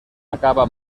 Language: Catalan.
acaba